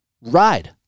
Ride